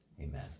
amen